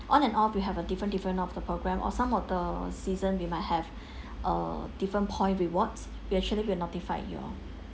on and off we'll have a different different of the program or some of the season we might have err different point rewards we actually will notify you all